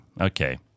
Okay